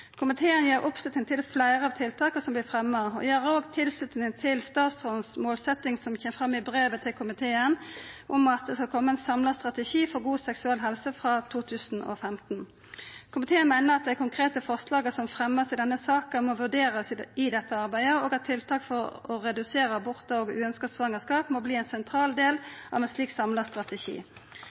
Komiteen gir oppslutning til fleire av tiltaka som vert fremja, og gir òg tilslutning til målsettinga til statsråden, som kjem fram i brevet til komiteen, om at det skal koma ein samla strategi for god seksuell helse frå 2015. Komiteen meiner at dei konkrete forslaga som vert fremja i denne saka, må vurderast i dette arbeidet, og at tiltak for å redusera abort og uønskte svangerskap, må verta ein sentral del av ein slik samla strategi.